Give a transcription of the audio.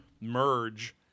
merge